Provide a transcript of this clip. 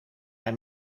hij